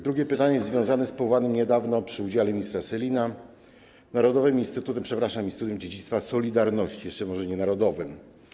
Drugie pytanie jest związane z powołanym niedawno, przy udziale ministra Sellina, narodowym instytutem, przepraszam, Instytutem Dziedzictwa Solidarności, jeszcze może nie narodowym.